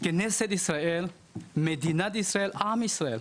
כנסת ישראל, מדינת ישראל, עם ישראל.